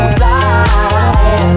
fly